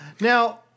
Now